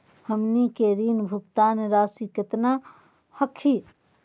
हमनी के ऋण भुगतान रासी केतना हखिन?